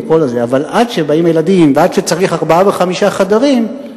אבל עד שבאים ילדים ועד שצריך ארבעה וחמישה חדרים,